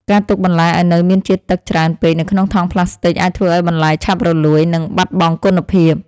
ការទុកបន្លែឱ្យនៅមានជាតិទឹកច្រើនពេកនៅក្នុងថង់ប្លាស្ទិកអាចធ្វើឱ្យបន្លែឆាប់រលួយ និងបាត់បង់គុណភាព។